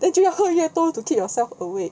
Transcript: then 就要喝越多 to keep yourself awake